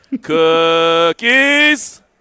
Cookies